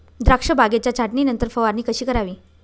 द्राक्ष बागेच्या छाटणीनंतर फवारणी कशी करावी?